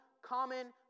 Common